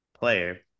player